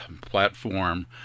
platform